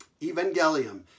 Evangelium